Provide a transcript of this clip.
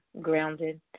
grounded